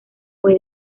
fue